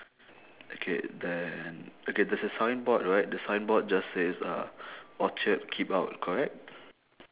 okay then okay there's a signboard right the signboard just says uh orchard keep out correct